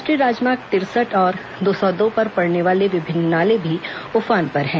राष्ट्रीय राजमार्ग तिरसठ और दो सौ दो पर पड़ने वाले विभिन्न नाले भी उफान पर हैं